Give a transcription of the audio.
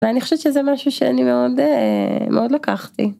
ואני חושבת שזה משהו שאני מאוד מאוד לקחתי.